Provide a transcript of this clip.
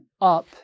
up